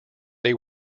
they